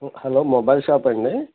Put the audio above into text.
hello mobile షాపా అండి